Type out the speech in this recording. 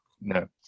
No